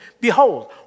behold